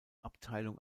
abteilung